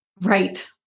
Right